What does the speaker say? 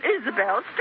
Isabel